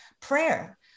prayer